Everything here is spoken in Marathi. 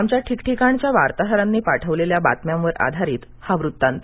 आमच्या ठिकठिकांच्या वार्ताहरांनी पाठवलेल्या बातम्यांवर आधारित हा वृत्तांत